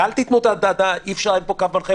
ואל תיתנו את התשובה: אין פה קו מנחה,